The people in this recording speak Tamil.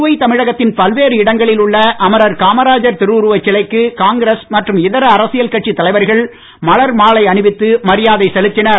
புதுவை தமிழகத்தின் பல்வேறு இடங்களில் உள்ள அமரர் காமராஜர் திருவுருவச் சிலைக்கு காங்கிரஸ் மற்றும் இதர அரசியல் கட்சித் தலைவர்கள் மலர் மாலை அணிவித்து மரியாதை செலுத்தினர்